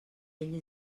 ell